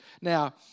Now